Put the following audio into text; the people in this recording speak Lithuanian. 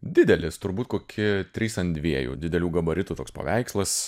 didelis turbūt kokie trys ant dviejų didelių gabaritų toks paveikslas